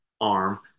arm